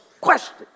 question